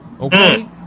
Okay